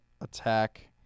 attack